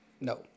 No